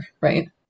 right